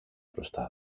μπροστά